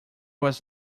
was